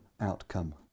outcome